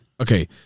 okay